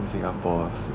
in singapore's